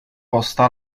posta